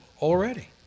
already